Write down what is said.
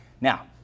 Now